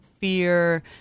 Fear